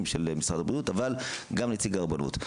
של משרד הבריאות אבל גם נציג הרבנות.